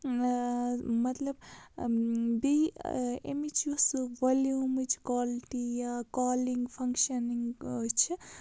مطلب بیٚیہِ امِچ یُس والیوٗمٕچ کالٹی یا کالِنٛگ فَنٛگشَنِنٛگ چھِ